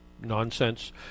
nonsense